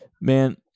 man